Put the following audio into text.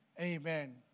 Amen